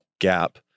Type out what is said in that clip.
gap